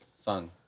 son